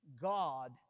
God